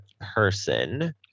person